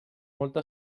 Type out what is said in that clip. molta